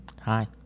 Hi